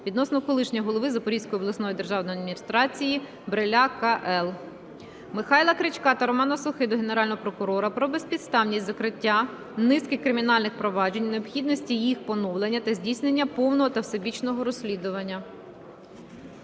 відносно колишнього голови Запорізької обласної державної адміністрації Бриля К.І. Михайла Крячка та Романа Сохи до Генерального прокурора про безпідставність закриття низки кримінальних проваджень, необхідності їх поновлення та здійснення повного та всебічного розслідування.